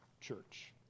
church